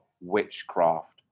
witchcraft